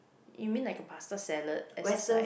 you mean like a pasta salad as a side